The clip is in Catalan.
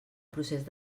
procés